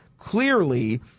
clearly